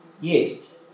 Yes